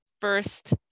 first